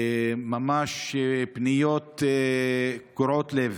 ממש פניות קורעות לב.